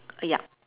ya